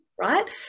Right